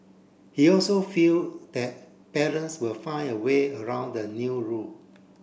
he also feel that parents will find a way around the new rule